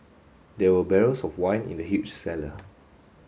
there were barrels of wine in the huge cellar